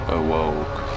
awoke